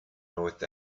north